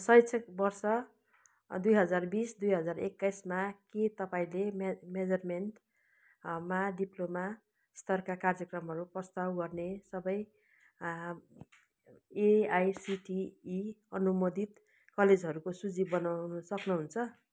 शैक्षिक वर्ष दुई हजार बिस दुई हजार एक्कासइमा के तपाईँले मेजरमेन्ट मा डिप्लोमा स्तरका कार्जेक्रमहरू प्रस्ताव गर्ने सबै एआइसिटिई अनुमोदित कलेजहरूको सूची बनाउनु सक्नुहुन्छ